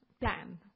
plan